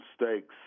mistakes